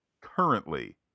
currently